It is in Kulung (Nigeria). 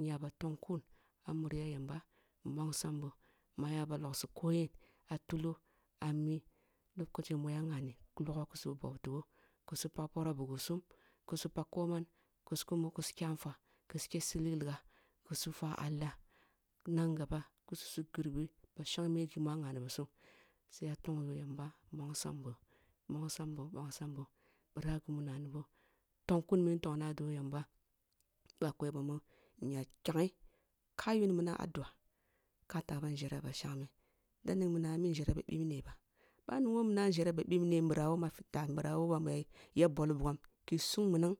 aya ba tong kun amuriya yamba nja ba bongsibo mu aya ba logsi yah ah tulo am lokochi ma ngha ni ki logho kisi bauti boh su pak poro bughi sum kisi kumo kisi kya nfwa kisi ke kisi lig liga kisi fa a la nan gaba kisu girbi ba shangme ghi ma ngha ni bi sum siya tong yoh yamba nbongsam boh-nbongsan bon ba ghi mu ngha ni boh tong kun mun ntongu ah do boh akwa bamu nya kyanghe ka yuni minam ah dua ka ta bam njere ba shangme da ning minam ah njere ba bibne ba ъah ningho minan ah njere ba ъibne nbira woh mafita nbira woh bamu ya bol bugam ki sung minam